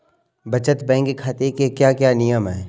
बचत बैंक खाते के क्या क्या नियम हैं?